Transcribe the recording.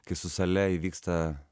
kai su sale įvyksta